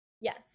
Yes